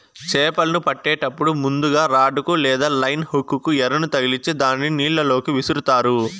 చాపలను పట్టేటప్పుడు ముందుగ రాడ్ కు లేదా లైన్ హుక్ కు ఎరను తగిలిచ్చి దానిని నీళ్ళ లోకి విసురుతారు